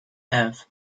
earth